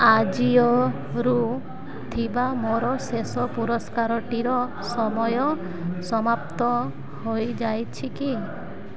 ଆଜିଓରୁ ଥିବା ମୋର ଶେଷ ପୁରସ୍କାରଟିର ସମୟ ସମାପ୍ତ ହୋଇଯାଇଛି କି